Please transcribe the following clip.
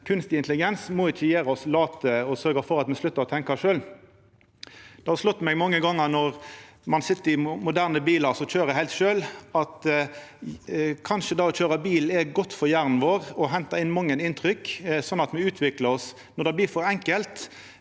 Kunstig intelligens må ikkje gjera oss late og sørgja for at me sluttar å tenkja sjølv. Det har slått meg mange gongar når ein sit i moderne bilar som køyrer heilt sjølve, at kanskje det å køyra bil er godt for hjernen vår. Me hentar inn mange inntrykk, sånn at me utviklar oss. Når det blir for enkelt,